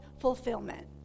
fulfillment